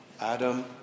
Adam